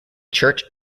church